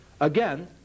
Again